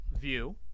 view